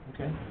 okay